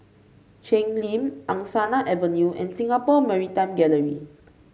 Cheng Lim Angsana Avenue and Singapore Maritime Gallery